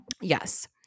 Yes